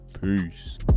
peace